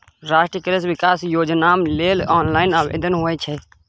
राष्ट्रीय कृषि विकास योजनाम लेल ऑनलाइन आवेदन होए छै